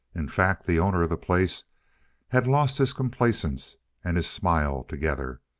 in fact, the owner of the place had lost his complacence and his smile together.